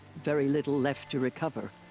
very little left to recover.